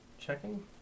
Checking